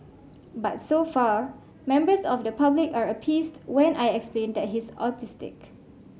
but so far members of the public are appeased when I explain that he's autistic